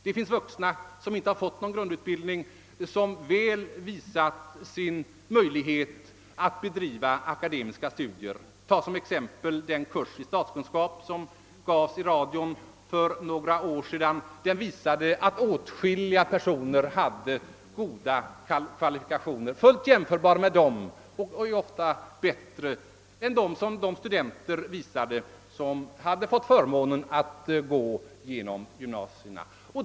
Det finns vuxna som inte fått någon grundutbildning men som väl visat sin förmåga att bedriva akademiska studier. Som exempel kan nämnas den kurs i statskunskap som gavs i radio för några år sedan. Den visade att åtskilliga personer hade goda kvalifikationer, fullt jämförbara och ofta bättre än de studenters som fått förmånen att gå i gymnasierna.